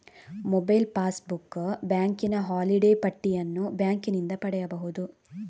mobile passbook, ಬ್ಯಾಂಕಿನ holiday ಪಟ್ಟಿಯನ್ನು ಬ್ಯಾಂಕಿನಿಂದ ಪಡೆಯಬಹುದು